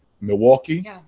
Milwaukee